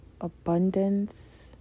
Abundance